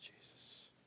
Jesus